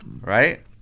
right